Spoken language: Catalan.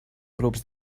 grups